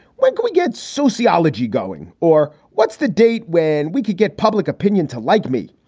when can we get sociology going or what's the date when we could get public opinion to like me?